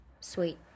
Sweet